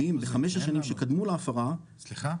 ואם, בחמש השנים שקדמו להפרה, סליחה?